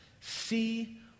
see